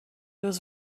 was